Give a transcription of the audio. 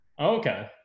Okay